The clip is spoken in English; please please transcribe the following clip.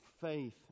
faith